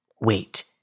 Wait